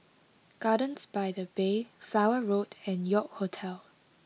gardens by the Bay Flower Road and York Hotel